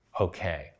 Okay